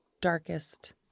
darkest